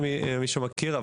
צריך להגיד,